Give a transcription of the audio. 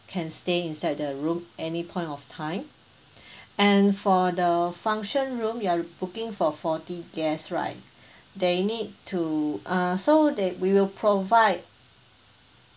can stay inside the room any point of time and for the function room you are booking for forty guest right they need to err so that we will provide